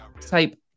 type